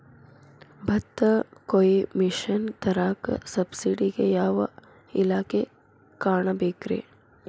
ಭತ್ತ ಕೊಯ್ಯ ಮಿಷನ್ ತರಾಕ ಸಬ್ಸಿಡಿಗೆ ಯಾವ ಇಲಾಖೆ ಕಾಣಬೇಕ್ರೇ?